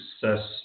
success